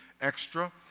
extra